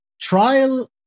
trial